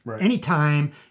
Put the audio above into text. anytime